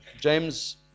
James